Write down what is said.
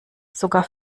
sogar